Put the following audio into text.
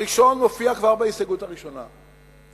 הראשונה מופיעה כבר בהסתייגות הראשונה.